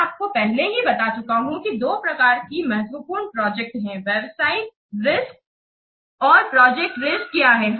मैं आपको पहले ही बता चुका हूं कि दो प्रकार की महत्वपूर्ण प्रोजेक्ट हैं व्यावसायिक रिस्क और प्रोजेक्ट रिस्क क्या हैं